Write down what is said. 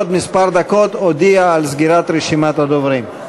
בעוד כמה דקות אודיע על סגירת רשימת הדוברים.